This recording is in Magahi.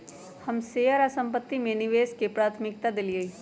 हम शेयर आऽ संपत्ति में निवेश के प्राथमिकता देलीयए